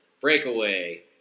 breakaway